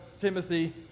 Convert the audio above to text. Timothy